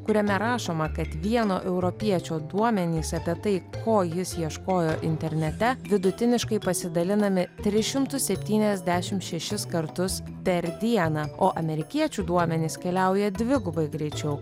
kuriame rašoma kad vieno europiečio duomenys apie tai ko jis ieškojo internete vidutiniškai pasidalinami tris šimtus septyniasdešim šešis kartus per dieną o amerikiečių duomenys keliauja dvigubai greičiau